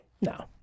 no